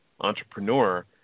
entrepreneur